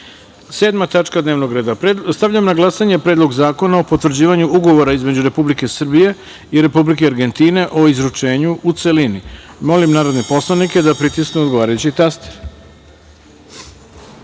tačka dnevnog reda. Stavljam na glasanje Predlog zakona o potvrđivanju Ugovora između Republike Srbije i Republike Argentine o izručenju, u celini. Molim narodne poslanike da pritisnu odgovarajući